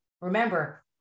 Remember